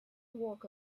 walk